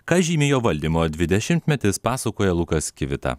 ką žymi jo valdymo dvidešimtmetis pasakoja lukas kivita